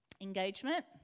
engagement